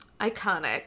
Iconic